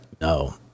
No